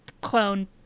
clone